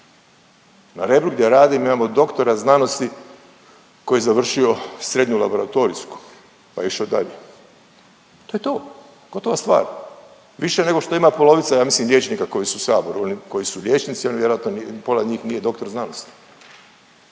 Na Rebru gdje radim imamo doktora znanosti koji je završio srednju laboratorijsku, pa je išao dalje. To je to, gotova stvar. Više nego što ima polovica ja mislim liječnika koji su u Saboru, oni koji su vijećnici oni vjerojatno pola njih nije doktor znanosti.